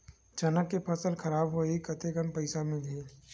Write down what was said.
चना के फसल खराब होही कतेकन पईसा मिलही?